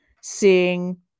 seeing